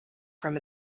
from